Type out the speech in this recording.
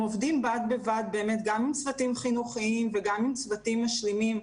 הם עובדים בד בבד באמת גם עם צוותים חינוכיים וגם עם צוותים משלימים.